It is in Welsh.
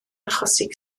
achosi